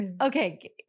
Okay